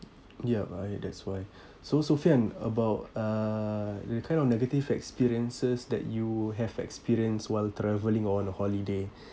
yup I that's why so sophian about uh the kind of negative experiences that you have experience while travelling on a holiday